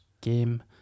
game